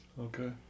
Okay